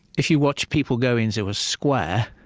if you watch people go into a square,